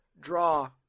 draw